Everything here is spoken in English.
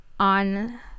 on